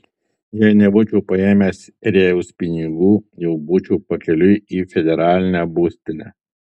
jei nebūčiau paėmęs rėjaus pinigų jau būčiau pakeliui į federalinę būstinę